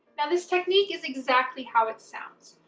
now this technique is exactly how it sounds.